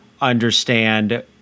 understand